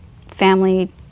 family